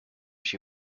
she